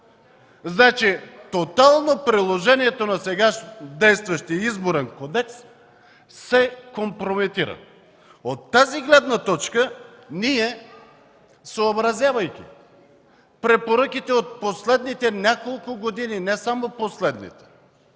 Тотално приложението на сега действащия Изборен кодекс се компрометира. От тази гледна точка ние, съобразявайки се с препоръките от последните няколко години, но не само последните,